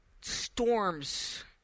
storms